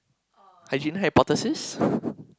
hygiene hypothesis